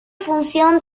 función